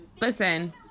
listen